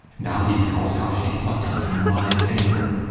now he tells how she plucked him to my chamber.